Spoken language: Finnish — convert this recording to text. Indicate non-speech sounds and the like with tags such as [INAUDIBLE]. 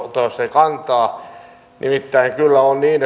kantaa nimittäin kyllä on niin [UNINTELLIGIBLE]